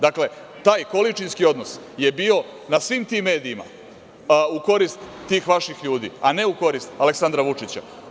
Dakle, taj količinski odnos je bio na svim tim medijima u korist tih vaših ljudi, a ne u korist Aleksandra Vučića.